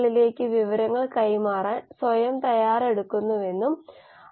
H നിലനിർത്താനും വായുരഹിത ഉൽപ്പന്ന രൂപീകരണം കുറയ്ക്കാനും കഴിഞ്ഞു